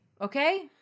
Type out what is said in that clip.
Okay